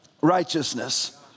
righteousness